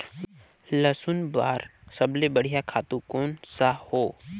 लसुन बार सबले बढ़िया खातु कोन सा हो?